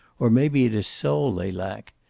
or maybe it is soul they lack.